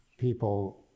people